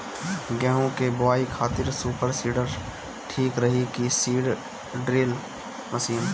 गेहूँ की बोआई खातिर सुपर सीडर ठीक रही की सीड ड्रिल मशीन?